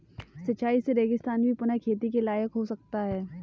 सिंचाई से रेगिस्तान भी पुनः खेती के लायक हो सकता है